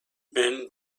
men